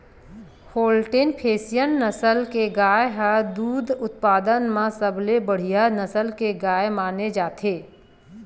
Holstein Friesian नसल के गाय ह दूद उत्पादन म सबले बड़िहा नसल के गाय माने जाथे